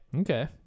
okay